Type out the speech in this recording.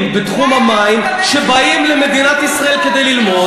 בתחום המים שבאים למדינת ישראל כדי ללמוד,